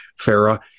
Farah